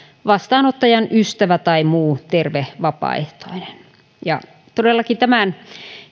vastaanottajan ystävä tai muu terve vapaaehtoinen todellakin tämän